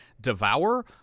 devour